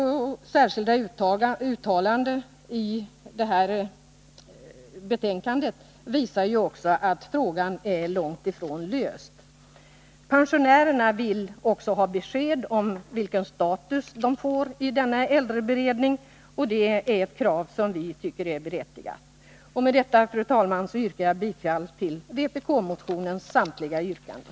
Socialdemokraternas särskilda yttrande visar också att frågan är långt ifrån löst. Pensionärerna vill dessutom ha besked om vilken status de får i denna äldreberedning. Och det är ett krav som vi tycker är berättigat. Med detta, fru talman, yrkar jag bifall till vpk-motionens samtliga yrkanden.